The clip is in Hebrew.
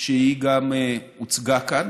שבה היא הוצגה כאן,